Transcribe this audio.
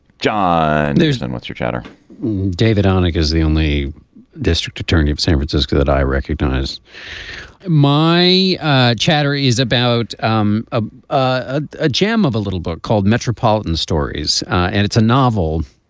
john dickerson what's your chatter david ionic is the only district attorney of san francisco that i recognize my chatter is about um ah ah a gem of a little book called metropolitan stories and it's a novel